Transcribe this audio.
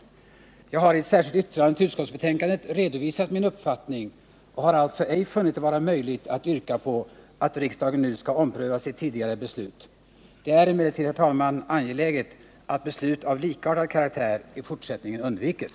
Jag har i ett särskilt yttrande till utskottsbetänkandet redovisat min uppfattning och har alltså ej funnit det vara möjligt att yrka på att riksdagen nu skall ompröva sitt tidigare beslut. Det är emellertid, herr talman, angeläget att beslut av likartad karaktär i fortsättningen undviks.